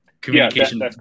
Communication